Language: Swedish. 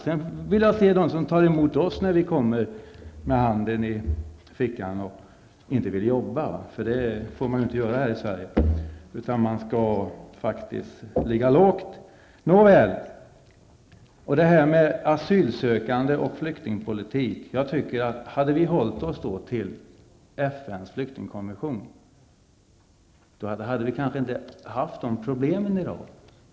Då vill jag se dem som tar emot oss när vi kommer med handen i fickan och inte vill arbeta, för det får man ju inte göra här i Sverige, utan man skall ligga lågt. Beträffande asylsökande och flyktingpolitik tror jag att om vi hade hållit oss till FNs flyktingkonvention, hade vi kanske inte haft dessa problem i dag.